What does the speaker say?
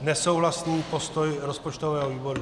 Nesouhlasný postoj rozpočtového výboru.